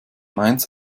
mainz